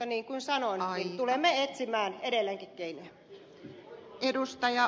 niin kuin sanoin tulemme etsimään edelleenkin keinoja